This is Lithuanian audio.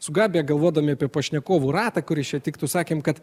su gabija galvodami apie pašnekovų ratą kuris čia tiktų sakėm kad